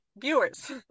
viewers